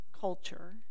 culture